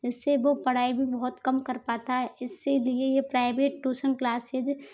इस से वो पढ़ाई भी बहुत कम कर पता है इसी लिए ये प्राइवेट ट्यूसन क्लासेज